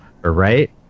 Right